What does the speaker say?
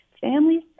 Families